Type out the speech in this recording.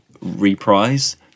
reprise